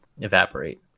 evaporate